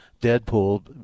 Deadpool